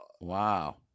Wow